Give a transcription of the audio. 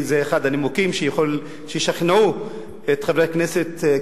זה אחד הנימוקים שישכנעו את חברי הכנסת,